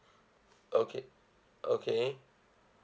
okay okay